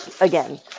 again